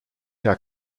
herr